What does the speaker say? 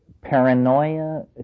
Paranoia